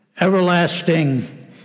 everlasting